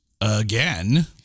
Again